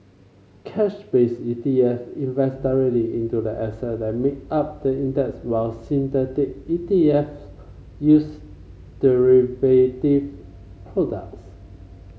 cash based E T F invest directly into the asset that make up the index while synthetic E T F use derivative products